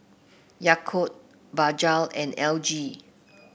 Yakult Bajaj and L G